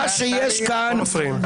טלי, לא מפריעים.